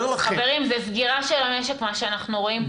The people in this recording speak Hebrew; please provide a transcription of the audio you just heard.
חברים, זה סגירה של המשק מה שאנחנו רואים פה.